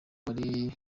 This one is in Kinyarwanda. wari